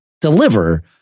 deliver